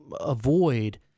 avoid